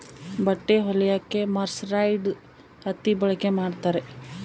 ಬಟ್ಟೆ ಹೊಲಿಯಕ್ಕೆ ಮರ್ಸರೈಸ್ಡ್ ಹತ್ತಿ ಬಳಕೆ ಮಾಡುತ್ತಾರೆ